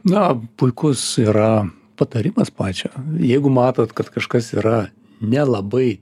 na puikus yra patarimas pačio jeigu matot kad kažkas yra nelabai